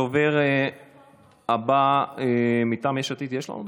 הדובר הבא, מטעם יש עתיד יש לנו דובר?